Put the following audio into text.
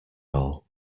all